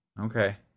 okay